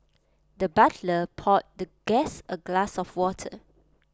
the butler poured the guest A glass of water